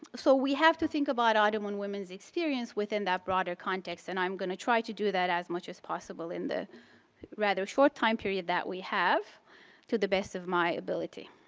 so, we have to think about ottoman women's experience within that broader context and i'm going to try to do that as much as possible in the rather short time period that we have to the best of my ability.